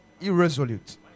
irresolute